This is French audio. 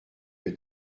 que